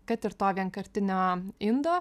kad ir to vienkartinio indo